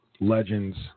legends